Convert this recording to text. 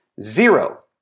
Zero